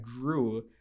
grew